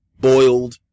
boiled